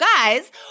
guys